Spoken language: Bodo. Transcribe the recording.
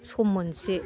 सम मोनसे